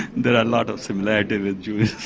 there are a lot of similarities with jewish.